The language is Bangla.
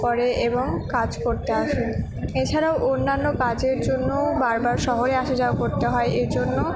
করে এবং কাজ করতে আসে এছাড়াও অন্যান্য কাজের জন্যও বারবার শহরে আসা যাওয়া করতে হয় এর জন্য